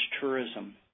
tourism